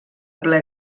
ple